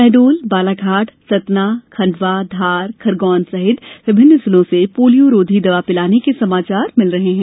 शहडोल बालाघाट सतना खंडवा धार खरगौन सहित विभिन्न जिलों से पोलियोरोधी दवा पिलाने के समाचार मिल रहे हैं